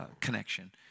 Connection